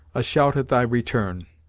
a shout at thy return.